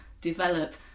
develop